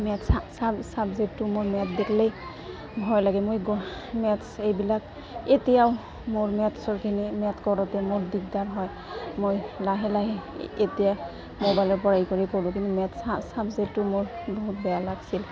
maths চাবজেক্টটো মোৰ maths দেখিলেই ভয় লাগে মই গম মেথ্ছ এইবিলাক এতিয়াও মোৰ মেথ্ছৰখিনি মেথ কৰোঁতে মোৰ দিগদাৰ হয় মই লাহে লাহে এতিয়া মোবাইলৰপৰা এই কৰি কৰোঁ কিন্তু মেথ্ছ চাবজেক্টটো মোৰ বহুত বেয়া লাগছিল